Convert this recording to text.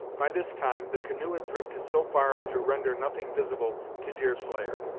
by this time, the canoe had drifted so far as to render nothing visible to deerslayer,